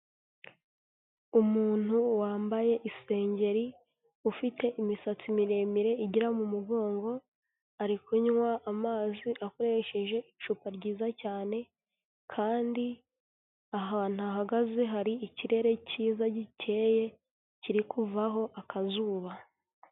Umuntu wambaye isengeri ufite imisatsi miremire igera mu mugongo, ari kunywa amazi akoresheje icupa ryiza cyane kandi ahantu ahagaze hari ikirere cyiza gikeye kiri kuvaho akazuba.